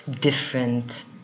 different